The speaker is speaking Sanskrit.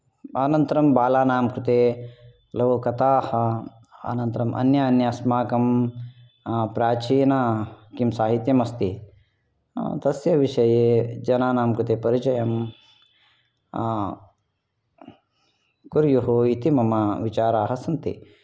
अनन्तरं बालानां कृते लोककथाः अनन्तरम् अन्यान्य अस्माकं प्राचीन किं साहित्यम् अस्ति तस्य विषये जनानां कृते परिचयं कुर्युः इति मम विचाराः सन्ति